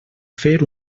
fer